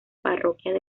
parroquias